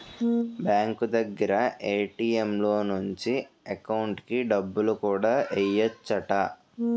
bank దగ్గర ATM లో నుంచి ఎకౌంటుకి డబ్బులు కూడా ఎయ్యెచ్చట